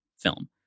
film